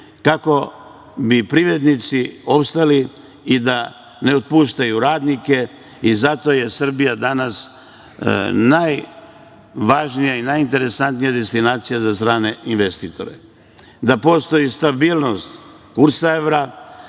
kako bi privrednici opstali i da ne otpuštaju radnike. Zato je Srbija danas najvažnija i najinteresantnija destinacija za strane investitore. Da, postoji stabilnost kursa evra.